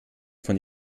von